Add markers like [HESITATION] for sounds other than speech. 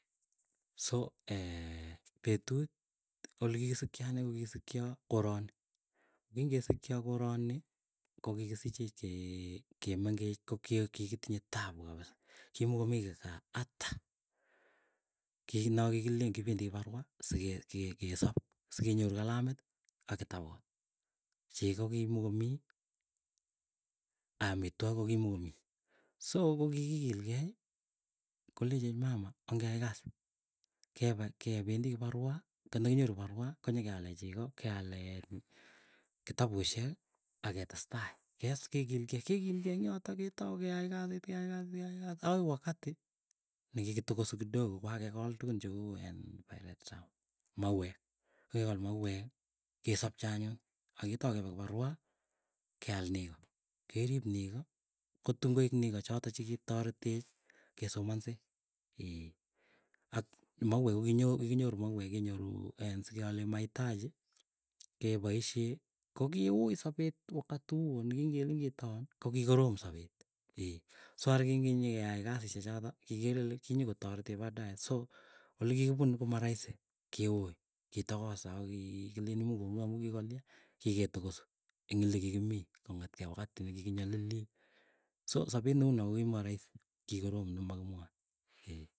So [HESITATION] petut olikikisikchoo anee ko kikisikcho koroni, ko kingesikcho koroni kokikisichech che kemengech. Ko kigitinye tabu kabisa kimokomii kii kaa ata, kinakikilen kipendi kiparua sikekesop sikenyoru kalamit ak kitabut. Chego kimogomii, hamitwogik ko kimogomii so kokikikilgei kolechech mama ongeai kasit, kepe kependii kibarua konakinyoru kiparua konyikeale chegoo keale, kitabushiek aketestai. Kekilkei kekilkei ing yotok ketau keaii kasit keai kasit, keai kasit akoi wakati nekikitokosu kidogo kokakekol tukun in pyrethrum mauwek. Ko kikol mauweeki kesopchee anyun, aketau keai kiparua keal nego. Kerip nego kotun koek nego choto chikitaretech kesomanse ee. Ak kokikinyoru mauwek ko kikinyoru mauwek kenyoru en sekeale maitaji kepoisyee kokiuy sapet, wakati uo nekingelen kiton kokikoromsapet ee. So arakinginyikeai kasisye choto ikere ile kinyokotorech baadae so olikikipunu komaraisi, kiui kitogoos. Ako ki kilieni mungu kongoi amuu kikoliia kiketokosu ing likikimii kong'etkei wakati nekikinyalili, so sapet neunoo kokimoko raisi kikoroom nemakimwae.